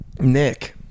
Nick